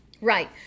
Right